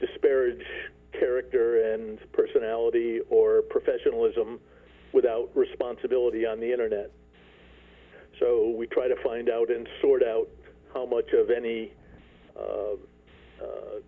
disparage character and personality or professionalism without responsibility on the internet so we try to find out and sort out how much of any